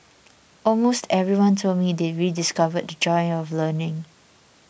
almost everyone told me they rediscovered the joy of learning